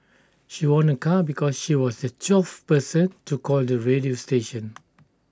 she won A car because she was the twelfth person to call the radio station